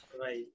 Right